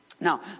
Now